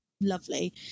lovely